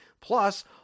Plus